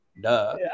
Duh